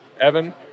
Evan